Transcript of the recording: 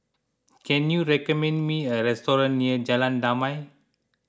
can you recommend me a restaurant near Jalan Damai